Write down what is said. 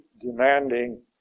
demanding